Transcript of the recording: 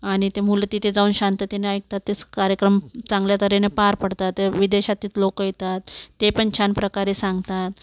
आणि ती मुलं तिथं जाऊन शांततेने ऐकतात तेच कार्यक्रम चांगल्या तऱ्हेने पार पडतात ते विदेशातीत लोक येतात ते पण छान प्रकारे सांगतात